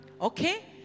Okay